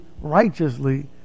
righteously